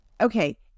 Okay